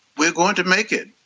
we're going to make it.